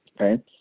okay